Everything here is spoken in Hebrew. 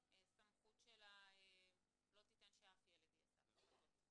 בסמכות שלה לא תיתן שאף ילד יהיה שק חבטות,